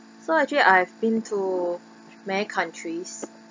so actually I've been to many countries